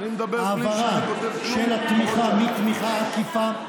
העברה של התמיכה מתמיכה עקיפה,